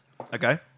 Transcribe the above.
Okay